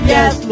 Yes